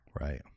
Right